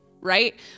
right